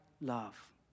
love